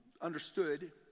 understood